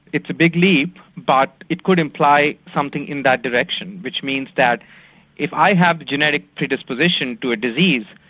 it's a big leap but it could imply something in that direction, which means that if i have the genetic predisposition to a disease,